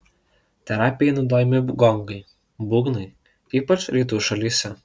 terapijai naudojami gongai būgnai ypač rytų šalyse